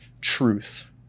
truth